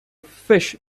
fish